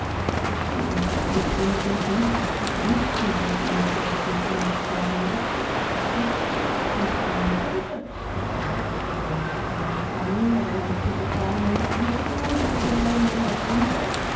es ist unendlich viel schönes und gutes zu gunsten der ehe geltend gemacht worden was durchaus wahr und richtig ist und sein könnte es aber häufig darum nicht sein kann weil menschliche formen und einrichtungen welche dieselben bald einerseits